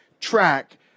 track